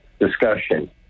discussion